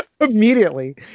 Immediately